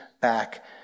back